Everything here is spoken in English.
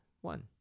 one